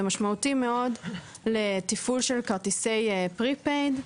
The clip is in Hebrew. וזה משמעותי מאוד לתפעול של כרטיסי "פרי-פייד",